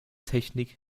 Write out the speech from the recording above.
technik